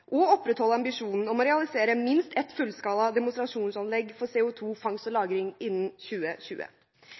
og opprettholde ambisjonen om å realisere minst ett fullskala demonstrasjonsanlegg for CO2-fangst og -lagring innen 2020.